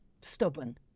stubborn